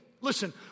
Listen